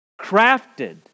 crafted